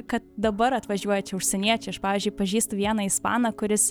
kad dabar atvažiuoja čia užsieniečiai aš pavyzdžiui pažįstu vieną ispaną kuris